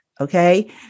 okay